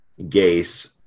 Gase